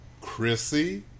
Chrissy